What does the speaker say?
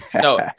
no